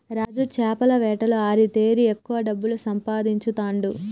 రాజు చేపల వేటలో ఆరితేరి ఎక్కువ డబ్బులు సంపాదించుతాండు